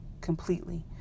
completely